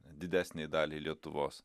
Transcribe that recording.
didesnei daliai lietuvos